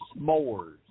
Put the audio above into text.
s'mores